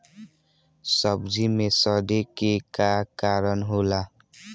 सब्जी में सड़े के का कारण होला?